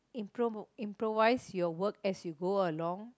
impro~ improvise your work as you go along